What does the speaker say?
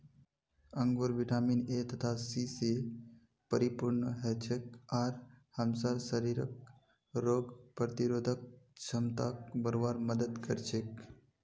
अंगूर vitamin A तथा C स परिपूर्ण हछेक आर हमसार शरीरक रोग प्रतिरोधक क्षमताक बढ़वार मदद कर छेक